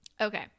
Okay